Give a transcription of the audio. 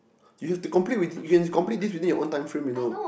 you have to complete within you have this within your own time frame you know